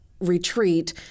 retreat